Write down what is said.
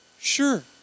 Sure